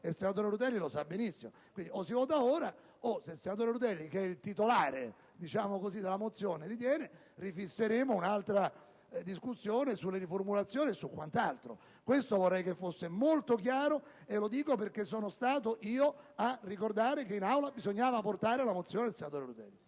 il senatore Rutelli lo sa benissimo. Quindi, o si vota ora, oppure, se il senatore Rutelli, che è titolare della mozione, lo ritiene, fisseremo un'altra discussione sulla riformulazione della mozione e su quant'altro. Questo vorrei che fosse molto chiaro, e lo dico perché sono stato io a ricordare che in Aula bisognava portare la mozione del senatore Rutelli.